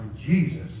Jesus